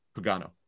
Pagano